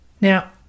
Now